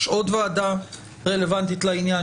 יש עוד ועדה רלוונטית לעניין,